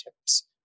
tips